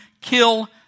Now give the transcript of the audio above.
kill